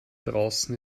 draußen